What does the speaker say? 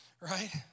right